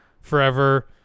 forever